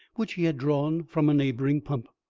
which she had drawn from a neighbouring pump.